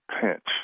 pinch